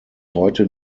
heute